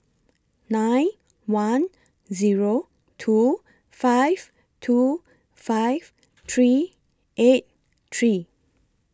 nine one Zero two five two five three eight three